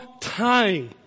time